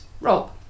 Rob